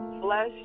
Flesh